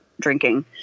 drinking